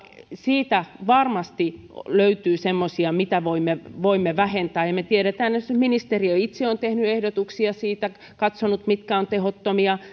siitä varmasti löytyy semmoisia mitä voimme voimme vähentää me tiedämme että ministeriö itse on tehnyt ehdotuksia siitä katsonut mitkä ovat tehottomia